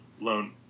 loan